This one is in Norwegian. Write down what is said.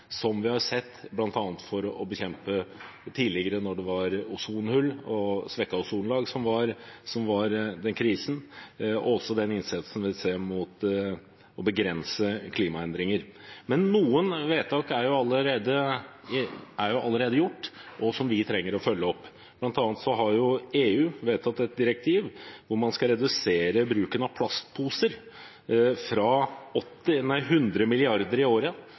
som vi har sett tidligere, bl.a. da vi bekjempet ozonhull og svekket ozonlag, som var en krise, og nå ved den innsatsen vi ser for å begrense klimaendringer. Noen vedtak er allerede gjort, og vi trenger å følge dem opp. Blant annet har EU vedtatt et direktiv for å redusere bruken av plastposer fra 100 milliarder i året i dag til 20 milliarder i 2025. Det vil i norske forhold være en reduksjon fra 200 til 40 plastposer i året